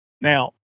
Now